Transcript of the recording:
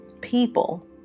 people